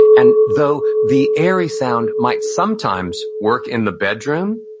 and though the airy sound might sometimes work in the bedroom,